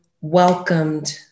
welcomed